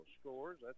scores